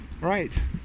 Right